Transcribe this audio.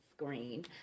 screen